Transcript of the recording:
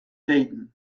dayton